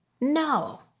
no